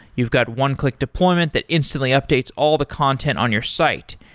you've got one-click deployment that instantly updates all the content on your site.